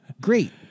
Great